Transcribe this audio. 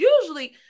usually